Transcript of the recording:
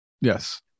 Yes